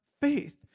faith